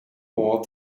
more